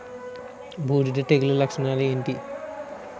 బూడిద తెగుల లక్షణాలు ఏంటి?